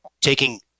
taking